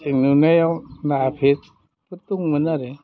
जों नुनायाव नाफितफोर दंमोन आरो